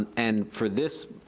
and and for this,